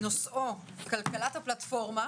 שנושאו: כלכלת הפלטפורמה.